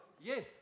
yes